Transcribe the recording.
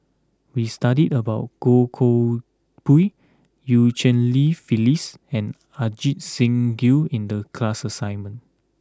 we studied about Goh Koh Pui Eu Cheng Li Phyllis and Ajit Singh Gill in the class assignment